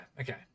okay